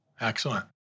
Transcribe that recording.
excellent